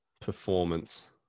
performance